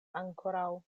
ankoraŭ